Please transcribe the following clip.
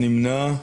נמנע?